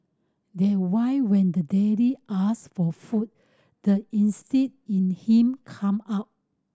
that why when the daily asked for food the instinct in him come out